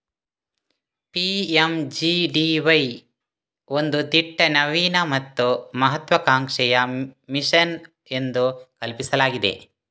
PMGDY ಒಂದು ದಿಟ್ಟ, ನವೀನ ಮತ್ತು ಮಹತ್ವಾಕಾಂಕ್ಷೆಯ ಮಿಷನ್ ಎಂದು ಕಲ್ಪಿಸಲಾಗಿದೆ